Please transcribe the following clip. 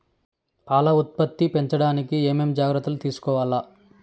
పాల ఉత్పత్తి పెంచడానికి ఏమేం జాగ్రత్తలు తీసుకోవల్ల?